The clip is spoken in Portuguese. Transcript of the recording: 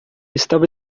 estava